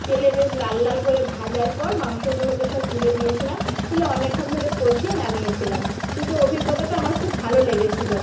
তেলে বেশ লাল লাল করে ভাজার পর মাংসগুলোকে সব তুলে দিয়েছিলাম তুলে অনেকক্ষণ ধরে কষিয়ে নামিয়েছিলাম কিন্তু অভিজ্ঞতাটা আমার খুব ভালো লেগেছিল